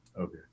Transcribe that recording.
Okay